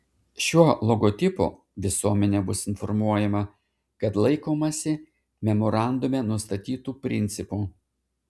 šiuo logotipu visuomenė bus informuojama kad laikomasi memorandume nustatytų principų